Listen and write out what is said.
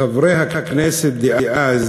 חברי הכנסת דאז